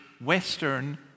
Western